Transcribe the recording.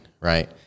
right